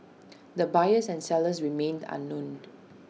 the buyers and sellers remain unknown